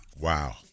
Wow